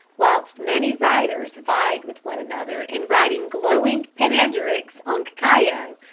whilst many writers vied with one another in writing glowing panegyrics on cacao,